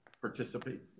participate